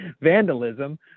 vandalism